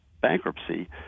bankruptcy